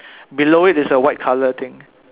below it is a white color thing